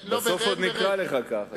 בסוף גם נקרא לך כך.